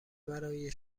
برای